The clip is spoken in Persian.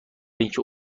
اینکه